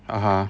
(uh huh)